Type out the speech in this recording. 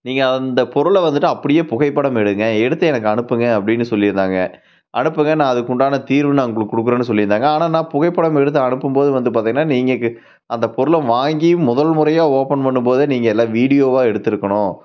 நீங்கள் அந்த பொருளை வந்துவிட்டு அப்படியே புகைப்படம் எடுங்கள் எடுத்து எனக்கு அனுப்புங்கள் அப்படினு சொல்லிருந்தாங்க அனுப்புங்கள் நான் அதுக்கு உண்டான தீர்வு நான் உங்களுக்கு கொடுக்குறேன்னு சொல்லியிருந்தாங்க ஆனால் என்னை புகைப்படங்கள் எடுத்து அனுப்பும் போது வந்து பார்த்திங்கனா நீங்கள் அந்த பொருளை வாங்கி முதல் முறையாக ஓப்பன் பண்ணும் போதே நீங்கள் எல்லாம் வீடியோவாக எடுத்திருக்கணும்